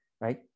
right